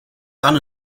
son